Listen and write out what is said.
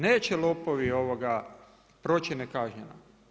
Neće lopovi proći nekažnjeno.